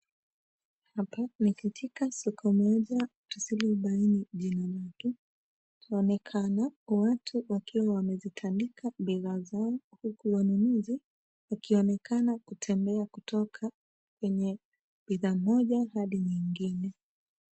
Hapa ni katika soko moja tusilobaini jina lake. Tunaonekana watu wakiwa wamezitandika bidhaa zao huku wanunuzi wakionekana kutembea kutoka bidhaa moja hadi nyingine.